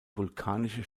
vulkanische